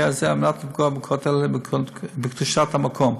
הזה על מנת לפגוע בכותל ובקדושת המקום.